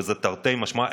וזה תרתי משמע,